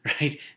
right